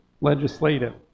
Legislative